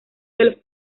del